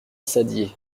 saddier